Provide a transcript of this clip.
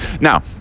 now